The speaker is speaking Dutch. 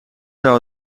zou